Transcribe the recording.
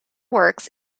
works